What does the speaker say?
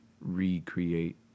recreate